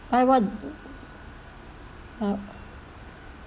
buy what